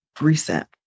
reset